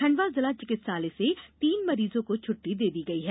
खंडवा जिला चिकित्सालय से तीन मरीजों को छट्टी दे दी गई है